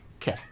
Okay